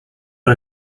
got